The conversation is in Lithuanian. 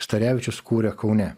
starevičius kūrė kaune